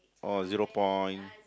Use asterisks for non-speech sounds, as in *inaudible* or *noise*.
or zero point *noise*